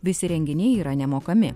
visi renginiai yra nemokami